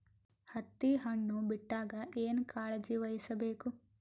ಹತ್ತಿ ಹಣ್ಣು ಬಿಟ್ಟಾಗ ಏನ ಕಾಳಜಿ ವಹಿಸ ಬೇಕು?